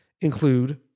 include